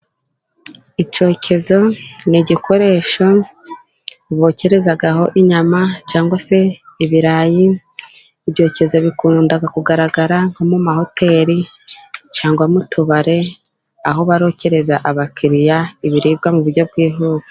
Icyokezo ni igikoresho bokerezaho inyama cyangwa se ibirayi. Ibyokezo bikunda kugaragara nko mu mahoteri cyangwa mu tubari , aho barokereza abakiriya ibiribwa mu buryo bwihuse.